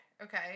Okay